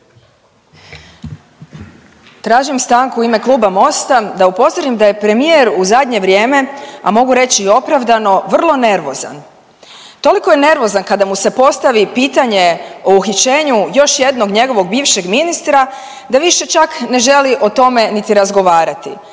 Tražim stanku u ime Kluba Mosta da upozorim da je premijer u zadnje vrijeme, a mogu reći i opravdano vrlo nervozan. Toliko je nervozan kada mu se postavi pitanje o uhićenju još jednog njegovog bivšeg ministra da više čak ne želi o tome niti razgovarati,